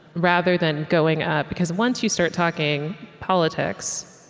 rather than going up because once you start talking politics,